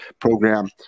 program